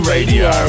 Radio